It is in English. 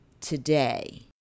today